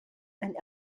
and